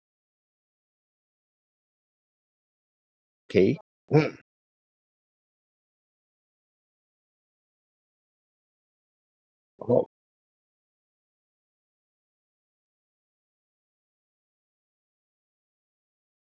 K mm oh